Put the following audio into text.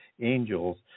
angels